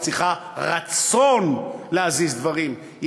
היא צריכה רצון להזיז דברים,